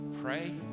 pray